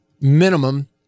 minimum